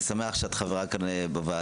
אני שמח שאת חברת הוועדה.